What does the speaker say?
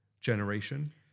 generation